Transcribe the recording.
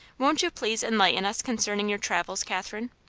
won't you please enlighten us concerning your travels, katherine?